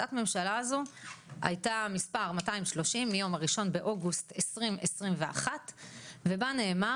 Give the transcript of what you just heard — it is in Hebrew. החלטת הממשלה הזו הייתה מספר 230 והיא מיום ה-1 באוגוסט 2021 ובה נאמר